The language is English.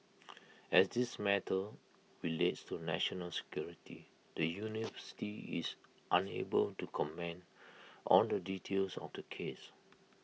as this matter relates to national security the university is unable to comment on the details of the case